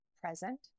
present